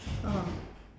ah